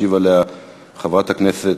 תשיב חברת הכנסת